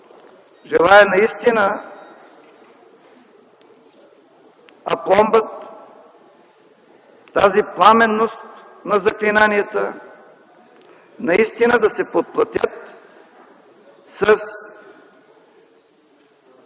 Желая наистина апломбът, тази пламенност на заклинанията, наистина да се подплатят с